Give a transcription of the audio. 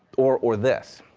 or or this,